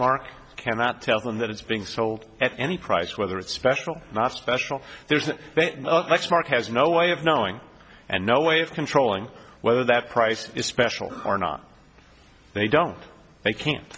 mark cannot tell them that it's being sold at any price whether it's special not special there's lexmark has no way of knowing and no way of controlling whether that price is special are not they don't they can't